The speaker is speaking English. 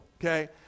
okay